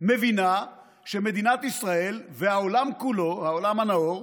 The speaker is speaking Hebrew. מבינה שמדינת ישראל והעולם כולו, העולם הנאור,